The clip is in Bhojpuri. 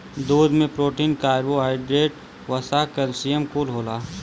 दूध में प्रोटीन, कर्बोहाइड्रेट, वसा, कैल्सियम कुल होला